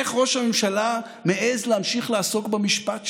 איך ראש הממשלה מעז להמשיך לעסוק במשפט שלו?